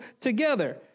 together